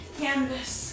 canvas